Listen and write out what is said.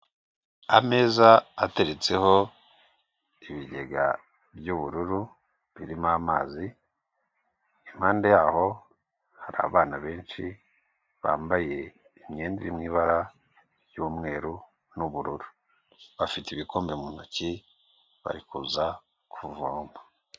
Ameza ateretseho ibigega by'ubururu birimo amazi, impande yaho hari abana benshi bambaye imyenda iri mu ibara ry'umweru n'ubururu, bafite ibikombe mu ntoki bari kuza kuvoma.